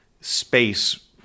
space